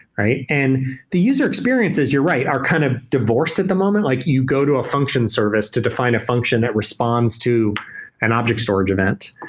and the user experience is you're right, are kind of divorced at the moment. like you go to a function service to define a function that responds to an object storage event.